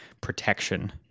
protection